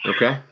Okay